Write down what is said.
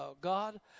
God